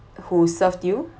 who served you